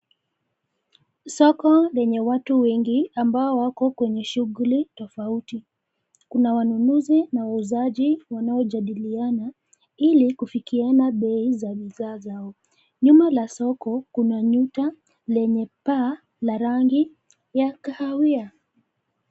Soko lenye watu wengi ambao wako kwenye shughuli tofauti. Kuna wanunuzi na wauzaji wanaojadiliana, ili kufikiana bei za bidhaa zao. Nyuma la soko, kuna nyuta lenye paa la rangi ya kahawia.